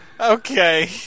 Okay